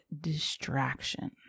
distraction